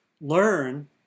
learn